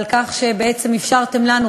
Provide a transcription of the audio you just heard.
ועל כך שבעצם אפשרתם לנו,